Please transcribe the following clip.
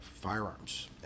firearms